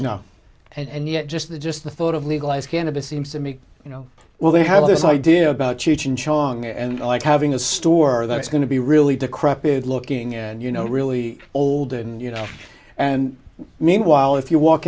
you know and yet just the just the thought of legalized cannabis seems to me you know well they have this idea about cheech and chong and like having a store that's going to be really decrepit looking and you know really old and you know and meanwhile if you walk